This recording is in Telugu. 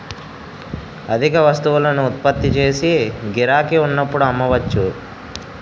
అధిక వస్తువులను ఉత్పత్తి చేసి గిరాకీ ఉన్నప్పుడు అమ్మవచ్చు